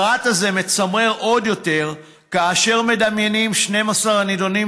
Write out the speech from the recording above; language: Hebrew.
הפרט הזה מצמרר עוד יותר כאשר מדמיינים את 12 הנידונים